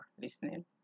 listening